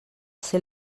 ser